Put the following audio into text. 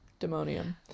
demonium